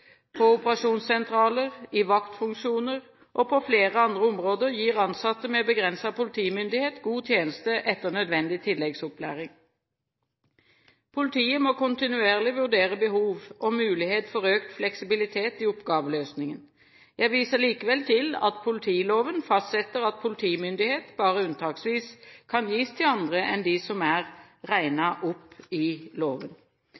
på operasjonssentraler, i vaktfunksjoner og på flere andre områder gir ansatte med begrenset politimyndighet god tjeneste etter nødvendig tilleggsopplæring. Politiet må kontinuerlig vurdere behov og mulighet for økt fleksibilitet i oppgaveløsningen. Jeg viser likevel til at politiloven fastsetter at politimyndighet bare unntaksvis kan gis til andre enn dem som er regnet opp i loven.